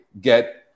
get